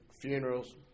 funerals